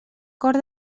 cor